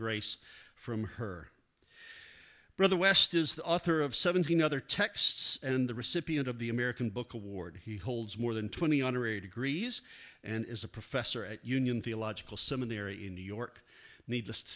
grace from her brother west is the author of seventeen other texts and the recipient of the american book award he holds more than twenty honorary degrees and is a professor at union theological seminary in new york need